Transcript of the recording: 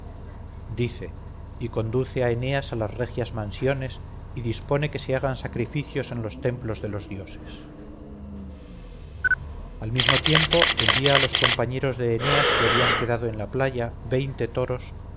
dice y conduce a eneas a las regias mansiones y dispone que se hagan sacrificios en los templos de los dioses al mismo tiempo envía a los compañeros de eneas que habían quedado en la playa veinte toros